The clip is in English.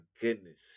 goodness